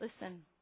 listen